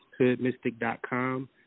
hoodmystic.com